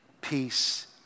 peace